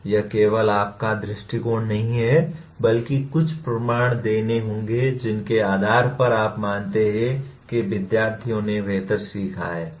यह केवल आपका दृष्टिकोण नहीं है बल्कि कुछ प्रमाण देने होंगे जिनके आधार पर आप मानते हैं कि विद्यार्थियों ने बेहतर सीखा है